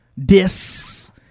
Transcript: Dis